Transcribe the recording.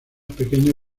pequeño